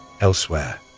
elsewhere